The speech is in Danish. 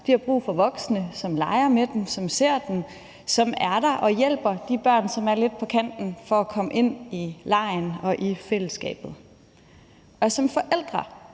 de har brug for voksne, som leger med dem, som ser dem, som er der og hjælper de børn, som er lidt på kanten, til at komme ind i legen og i fællesskabet. Som forældre